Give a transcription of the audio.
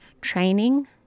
training